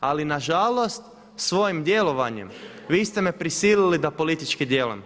Ali na žalost svojim djelovanjem vi ste me prisilili da politički djelujem.